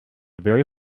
very